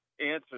answer